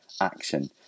action